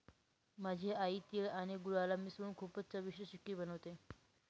माझी आई तिळ आणि गुळाला मिसळून खूपच चविष्ट चिक्की बनवते